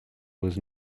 was